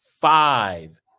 five